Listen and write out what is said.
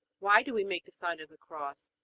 why do we make the sign of the cross?